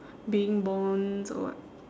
being borns or what